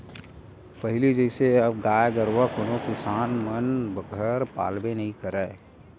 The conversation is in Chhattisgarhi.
पहिली जइसे अब गाय गरुवा कोनो किसान मन घर पालबे नइ करय